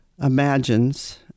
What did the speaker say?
imagines